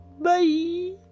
Bye